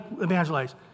evangelize